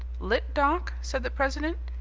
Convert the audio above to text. litt. doc? said the president.